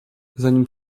zanim